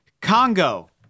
Congo